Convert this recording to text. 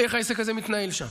איך העסק הזה מתנהל שם.